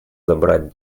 забрать